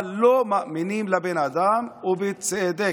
אבל לא מאמינים לבן אדם, ובצדק.